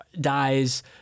dies